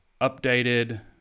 updated